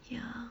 ya